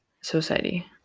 society